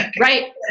Right